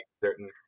certain